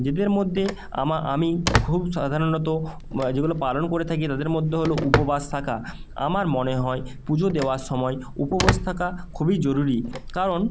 যদিও এর মধ্যে আমা আমি খুব সাধারণত যেগুলো পালন করে থাকি তাদের মদ্যে হলো উপবাস থাকা আমার মনে হয় পুজো দেওয়ার সময় উপবাস থাকা খুবই জরুরি কারণ